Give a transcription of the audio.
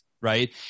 right